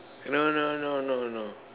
no no no no no